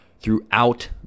throughout